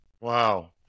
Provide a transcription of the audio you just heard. Wow